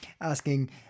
asking